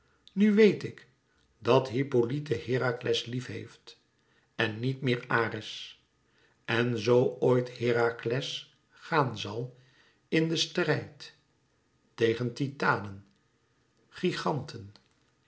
nu wéet ik dat hippolyte herakles lief heeft en niet meer ares en zoo ooit herakles gaan zal in den strijd tegen titanen giganten